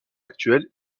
actuel